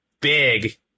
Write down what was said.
big